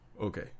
Okay